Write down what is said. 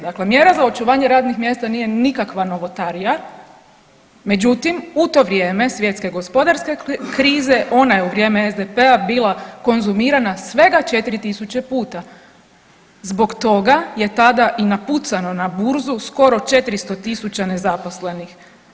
Dakle mjera za očuvanje radnih mjesta nije nikakva novotarija, međutim u to vrijeme svjetske gospodarske krize ona je u vrijeme SDP-a bila konzumirana svega 4.000 puta, zbog toga je tada i napucano na burzu skoro 400.000 nezaposlenih.